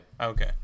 Okay